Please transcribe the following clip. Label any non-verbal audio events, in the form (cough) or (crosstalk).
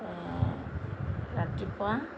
(unintelligible) ৰাতিপুৱা